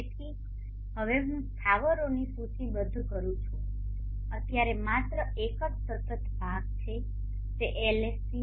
તેથી હવે હું સ્થાવરોની સૂચિબદ્ધ કરું છું અત્યારે માત્ર એક જ સતત ભાગ છે તે LSC